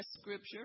scripture